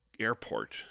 airport